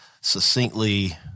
succinctly